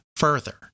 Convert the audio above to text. Further